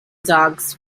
dogs